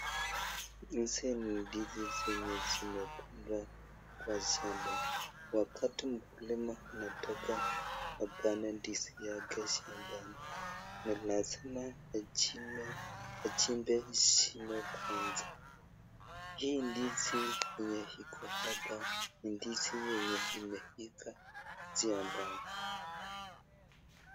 Hizi ni ndizi zenye zimeivaa Kwa shamba, wakati mkulima anataka kupanda ndizi yake shambani ni lazima ajimbe shimo kwanza hii ndizi yenye Iko shamba imeivaa shambani.